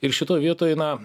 ir šitoj vietoj na